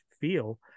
feel